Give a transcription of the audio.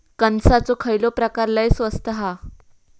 कणसाचो खयलो प्रकार लय स्वस्त हा?